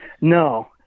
No